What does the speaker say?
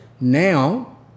now